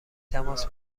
تماس